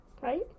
Right